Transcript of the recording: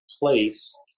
place